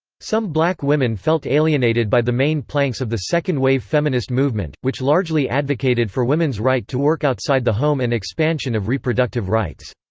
some black women felt alienated by the main planks of the second-wave feminist movement, which largely advocated for women's right to work outside the home and expansion of reproductive rights.